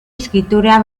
escritura